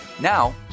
Now